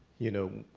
you know,